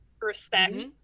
respect